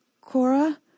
Cora